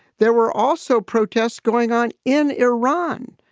there were also protests going on in iran,